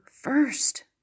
first